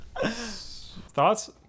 Thoughts